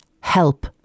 HELP